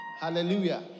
Hallelujah